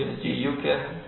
तो यह Gu क्या है